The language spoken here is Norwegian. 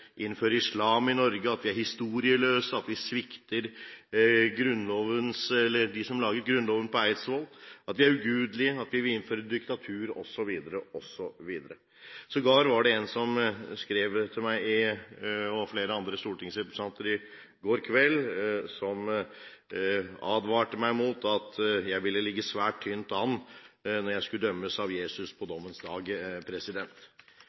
svikter dem som laget Grunnloven på Eidsvoll, for at vi er ugudelige, og for at vi vil innføre diktatur, osv. Sågar var det en som skrev til meg og flere andre stortingsrepresentanter i går kveld, advarte meg og sa at jeg ville ligge svært tynt an når jeg skulle dømmes av Jesus på